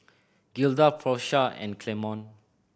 Gilda Porsha and Clemon